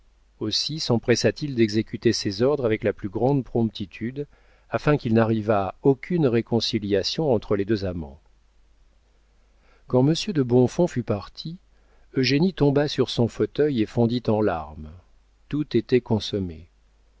aussi sempressa t il d'exécuter ses ordres avec la plus grande promptitude afin qu'il n'arrivât aucune réconciliation entre les deux amants quand monsieur de bonfons fut parti eugénie tomba sur son fauteuil et fondit en larmes tout était consommé